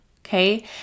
okay